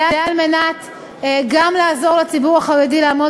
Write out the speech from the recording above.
זה גם כדי לעזור לציבור החרדי לעמוד